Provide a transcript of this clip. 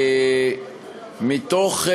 מתוך,